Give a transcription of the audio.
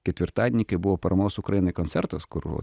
ketvirtadienį kai buvo paramos ukrainai koncertas kur